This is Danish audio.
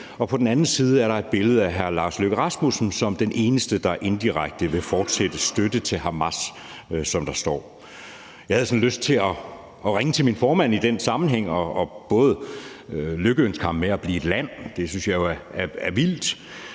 på den anden side er der et billede af udenrigsministeren som den eneste, der indirekte vil fortsætte støtten til Hamas, som der står. Jeg havde sådan lyst til at ringe til min formand i den sammenhæng og både lykønske ham med at blive et land – det synes jeg jo er vildt